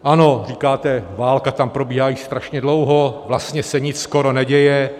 Ano, říkáte, válka tam probíhá již strašně dlouho, vlastně se nic skoro neděje.